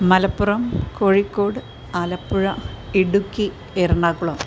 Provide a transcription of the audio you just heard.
Malappuram Kozhikode Alappuzha Idukki Ernakulam